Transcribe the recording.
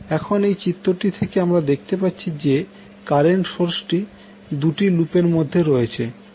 এখন এই চিত্রটি থেকে আমরা দেখতে পাচ্ছি যে কারেন্ট সোর্সটি দুটি লুপ এর মধ্যে রয়েছে